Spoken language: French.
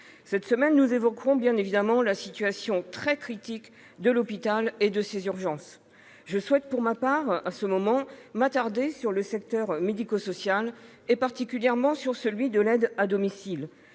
Cette semaine, nous évoquerons bien évidemment la situation, très critique, de l'hôpital et de ses urgences. Je souhaite pour ma part m'attarder sur le secteur médico-social et, particulièrement, sur l'aide à domicile.